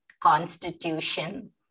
constitution